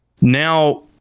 Now